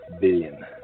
Billion